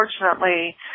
unfortunately